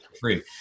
free